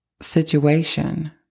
situation